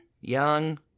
young